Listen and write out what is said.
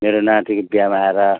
मेरो नातिको बिहामा आएर